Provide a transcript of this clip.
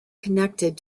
connected